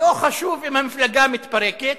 לא חשוב אם המפלגה מתפרקת.